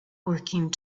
working